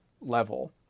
level